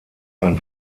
ein